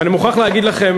ואני מוכרח להגיד לכם,